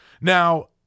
Now